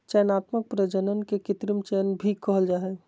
चयनात्मक प्रजनन के कृत्रिम चयन भी कहल जा हइ